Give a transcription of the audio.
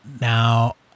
Now